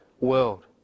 world